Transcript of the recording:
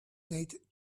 nate